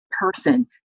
person